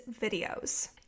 videos